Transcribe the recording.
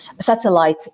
satellite